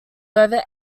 over